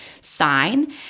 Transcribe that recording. sign